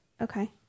Okay